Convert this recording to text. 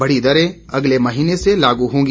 बढ़ी दरें अगले महीने से लागू होंगी